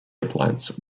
appliance